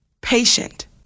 patient